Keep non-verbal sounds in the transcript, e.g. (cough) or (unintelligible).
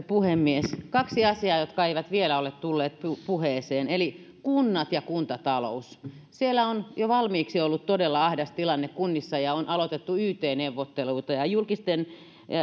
(unintelligible) puhemies kaksi asiaa jotka eivät vielä ole tulleet puheeseen kunnat ja kuntatalous kunnissa on jo valmiiksi ollut todella ahdas tilanne ja on aloitettu yt neuvotteluita julkisten